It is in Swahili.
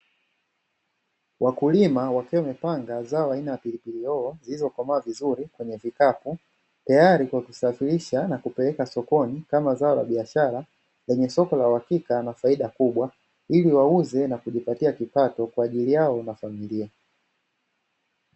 Wakulima wakiwa wamepanga zao aina ya pilipili hoho zilizokomaa vizuri kwenye vikapu, tayari kwa kuzisafirisha kupeleka sokoni kama zao la biashara, kwenye soko la uhakika na faida kubwa, ili wauze na kujipatia kipato kwa ajili yao na familia.